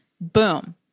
boom